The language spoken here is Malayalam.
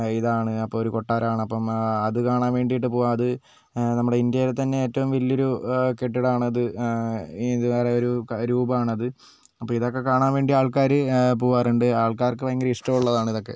ഇതാണ് അപ്പം ഒരു കൊട്ടാരമാണ് അപ്പം അത് കാണാൻ വേണ്ടിയിട്ട് പോവുക അത് നമ്മുടെ ഇന്ത്യയിലെ തന്നെ ഏറ്റവും വലിയൊരു കെട്ടിടം ആണത് എന്താ പറയാ ഒരു രൂപം ആണത് അപ്പം ഇതൊക്കെ കാണാൻ വേണ്ടി ആൾക്കാർ പോവാറുണ്ട് ആൾക്കാർക്ക് ഭയങ്കര ഇഷ്ടമുള്ളതാണ് ഇതൊക്കെ